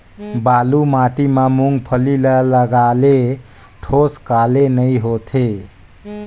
बालू माटी मा मुंगफली ला लगाले ठोस काले नइ होथे?